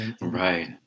Right